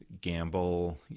gamble